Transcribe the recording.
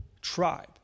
tribe